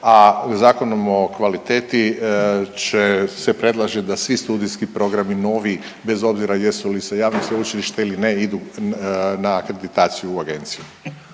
a Zakonom o kvaliteti se predlaže da svi studijski programi novi bez obzira jesu li javno sveučilište ili ne idu na akreditaciju u agenciju.